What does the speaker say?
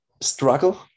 struggle